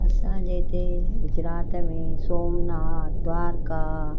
असांजे हिते गुजरात में सोमनाथ द्वारका